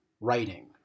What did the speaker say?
writing